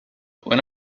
when